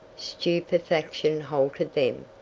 stupefaction halted them.